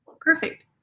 perfect